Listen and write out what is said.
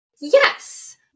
Yes